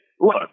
look